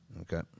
Okay